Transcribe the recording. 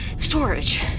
Storage